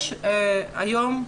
יש היום.